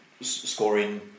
scoring